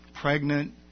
pregnant